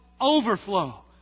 overflow